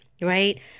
Right